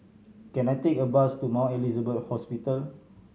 can I take a bus to Mount Elizabeth Hospital